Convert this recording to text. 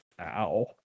ow